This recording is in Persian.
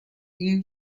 این